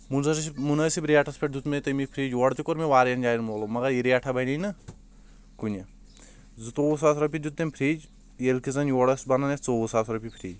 مزٲسب مُنٲسب ریٹس پٮ۪ٹھ دِیُت مےٚ تٔمۍ یہِ فرج یورٕ تہِ کوٚر مےٚ واریاہن جاین معلوم مگر یہِ ریٹھا بنے نہٕ کُنہِ زٕتوٚوُہ ساس رۄپیہِ دِیُت تٔمۍ فرج ییٚلہِ کہِ زن یورٕ اوس بنان اسہِ ژوٚوُہ ساس رۄپیہِ فرج